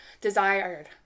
desired